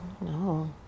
No